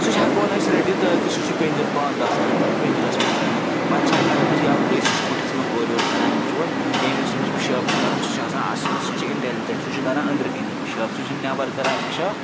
سُہ ہٮ۪کون أسۍ رٔٹِتھ پِج بنٛد آسان پنجرس منٛز تھومُت پتہٕ چھِ ہٮ۪کان تٔمِس یلہٕ ترٲیِتھ سُہ کُتھِس منٛزاورِ یو کَران بِچور ییٚمہِ وِزِ تٔمِس پِشابہٕ چھُ کَرُن سُہ چھُ آسان اَصٕل سُہ چھُ اِنٮ۪لِجنٹ سُہ چھُ کَران أنٛدرٕ کَنی پِشاب سُہ چھُنہٕ نٮ۪بر کَران پِشاب